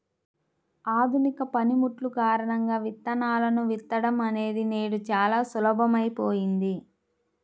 ఆధునిక పనిముట్లు కారణంగా విత్తనాలను విత్తడం అనేది నేడు చాలా సులభమైపోయింది